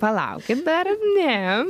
palaukit dar ne